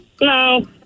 No